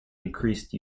increased